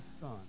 son